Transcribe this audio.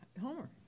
Homer